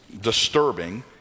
disturbing